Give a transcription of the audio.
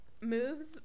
moves